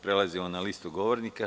Prelazimo na listu govornika.